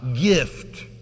gift